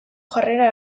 jarrera